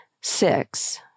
Six